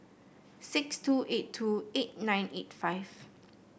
six two eight two eight nine eight five